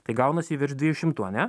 tai gaunasi virš dviejų šimtų ane